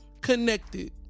connected